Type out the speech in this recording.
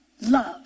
love